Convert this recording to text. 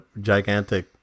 gigantic